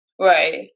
right